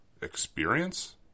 experience